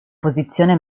posizione